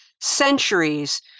centuries